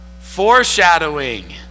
foreshadowing